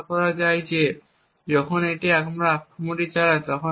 আশা করা যায় যে আমরা যখন এই আক্রমণটি চালাই